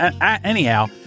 anyhow